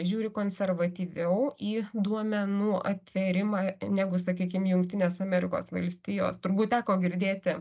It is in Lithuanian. žiūri konservatyviau į duomenų atvėrimą negu sakykim jungtinės amerikos valstijos turbūt teko girdėti